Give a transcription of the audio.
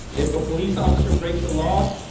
if a police officer breaks the law,